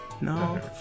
No